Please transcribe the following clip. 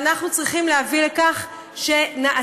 ואנחנו צריכים להביא לכך שנעשה.